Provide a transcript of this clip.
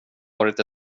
varit